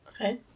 Okay